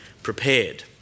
prepared